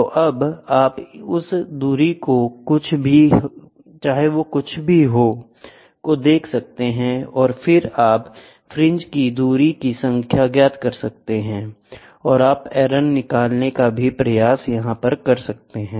तो अब आप उस दूरी जो कुछ भी यह है को देख सकते हैं और फिर आप फ्रिंज दूरी की संख्या ज्ञात कर सकते हैं और आप एरर निकालने का भी प्रयास कर सकते हैं